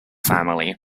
family